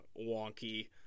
wonky